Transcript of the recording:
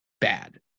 bad